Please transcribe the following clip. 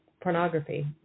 pornography